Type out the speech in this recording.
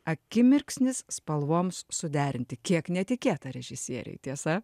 akimirksnis spalvoms suderinti kiek netikėta režisieriui tiesa